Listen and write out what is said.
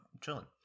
chilling